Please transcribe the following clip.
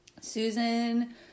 Susan